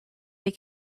they